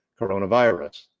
coronavirus